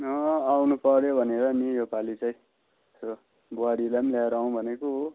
अँ आउनु पऱ्यो भनेर नि यो पाली चाहिँ र बुहारीलाई पनि लिएर आउँ भनेको हो